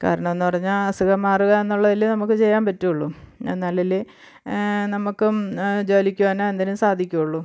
കാരണമെന്ന് പറഞ്ഞാൽ അസുഖം മാറുക എന്നുള്ളതല്ലേ നമുക്ക് ചെയ്യാൻ പറ്റുകയുള്ളൂ എന്നാലല്ലേ നമുക്കും ജോലിക്ക് പോവാനോ എന്തെങ്കിലും സാധിക്കുകയുള്ളൂ